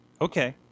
Okay